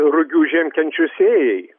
rugių žiemkenčių sėjai